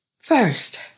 First